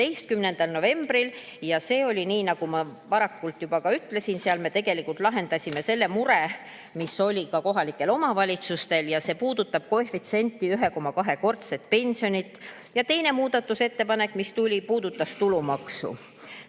17. novembril. Sellega oli nii, nagu ma enne juba ütlesin, nimelt seal me lahendasime selle mure, mis oli ka kohalikel omavalitsustel ja see puudutab koefitsienti, 1,2-kordset pensioni. Ja teine muudatusettepanek, mis tuli, puudutas tulumaksu.